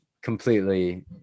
completely